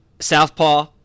Southpaw